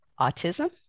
autism